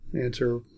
answer